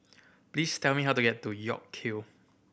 please tell me how to get to York Kill